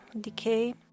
decay